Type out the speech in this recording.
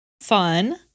Fun